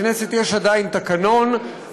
לכנסת יש עדיין תקנון,